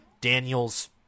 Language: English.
Daniels